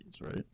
right